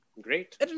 Great